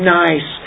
nice